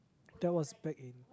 that was back in